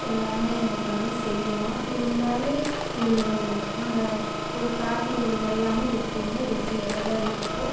எல்லாமே அப்புறமும் செய்கிறோம் இருந்தாலும் இது நாங்கள் ஒரு காட்டில ஒரு வெள்ளாமை எப்பவுமே வச்சிக்கிட்டே தான் இருப்போம்